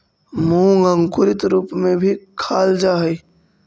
मूंग अंकुरित रूप में भी खाल जा हइ